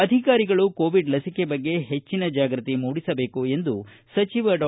ಅಧಿಕಾರಿಗಳು ಕೋವಿಡ್ ಲಸಿಕೆ ಬಗ್ಗೆ ಹೆಚ್ಚಿನ ಜಾಗೃತಿ ಮೂಡಿಸಬೇಕು ಎಂದು ಸಚಿವ ಡಾ